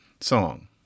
song